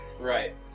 Right